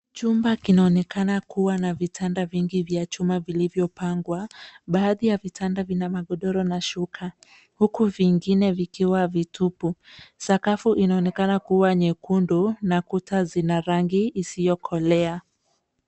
Chumba kinaonekana kuwa na vitanda vingi vya chuma vilivyopangwa. Baadhi ya vitanda vina magodoro na shuka, huku vingine vikiwa vitupu. Sakafu inaonekana kuwa nyekundu na kuta zina rangi iliyokolea.